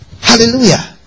Hallelujah